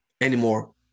anymore